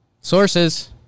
Sources